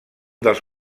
dels